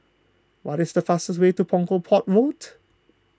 what is the fastest way to Punggol Port Road